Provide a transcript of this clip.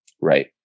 right